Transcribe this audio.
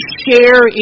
share